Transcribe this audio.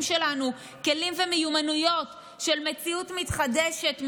שלנו כלים ומיומנויות של מציאות מתחדשת,